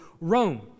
Rome